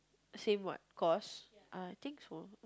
same what course ah think so